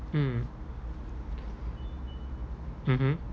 mm mmhmm